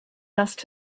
dust